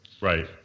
Right